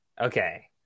okay